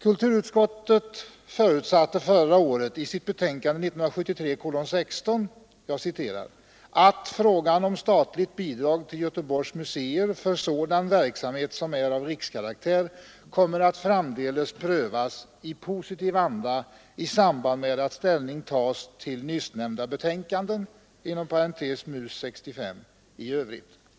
Kulturutskottet förutsatte förra året i sitt betänkande 1973:16 ”att frågan om statligt bidrag till Göteborgs museer för sådan verksamhet som är av rikskaraktär kommer att framdeles prövas i positiv anda i samband med att ställning tas till nyssnämnda betänkande i övrigt”.